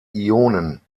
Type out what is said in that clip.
ionen